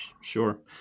sure